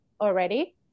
already